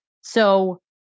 So-